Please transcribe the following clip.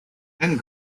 and